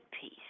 peace